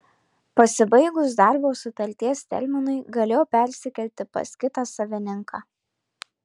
pasibaigus darbo sutarties terminui galėjo persikelti pas kitą savininką